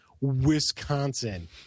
Wisconsin